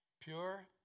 pure